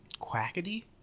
Quackity